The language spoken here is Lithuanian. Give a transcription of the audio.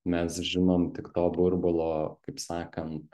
mes žinom tik to burbulo kaip sakant